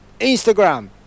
Instagram